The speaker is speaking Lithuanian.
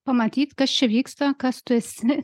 pamatyt kas čia vyksta kas tu esi